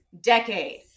decade